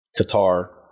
Qatar